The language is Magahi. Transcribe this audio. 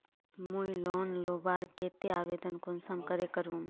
मुई लोन लुबार केते आवेदन कुंसम करे करूम?